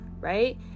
Right